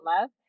love